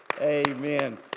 Amen